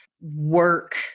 work